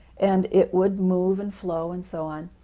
and it would move and flow and so on.